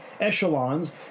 echelons